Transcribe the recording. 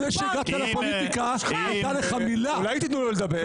לפני שהגעת לפוליטיקה הייתה לך מילה -- אולי תתנו לו לדבר?